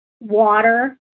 Water